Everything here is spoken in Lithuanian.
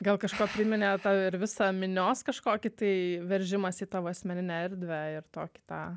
gal kažkuo priminė ir visa minios kažkokį tai veržimąsi į tavo asmeninę erdvę ir tokį tą